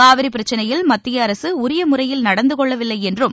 காவிரி பிரச்னையில் மத்திய அரசு உரிய முறையில் நடந்து கொள்ளவில்லை என்றும்